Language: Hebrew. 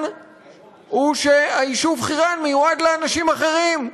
הוא שהיישוב חירן מיועד לאנשים אחרים.